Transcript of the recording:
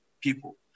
people